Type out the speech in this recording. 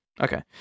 okay